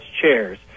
chairs